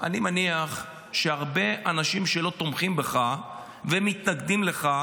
אני מניח שהרבה אנשים שלא תומכים בך ומתנגדים לך